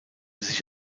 sich